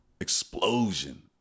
explosion